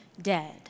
dead